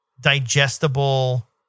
digestible